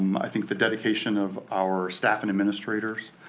i think the dedication of our staff and administrators.